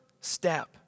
step